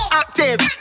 active